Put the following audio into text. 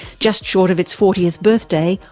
just short of its fortieth birthday,